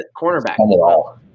cornerback